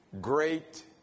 Great